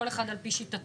כל אחד על פי שיטתו.